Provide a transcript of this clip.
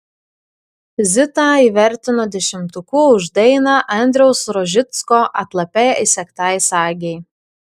zitą įvertino dešimtuku už dainą andriaus rožicko atlape įsegtai sagei